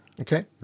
Okay